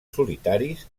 solitaris